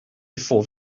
before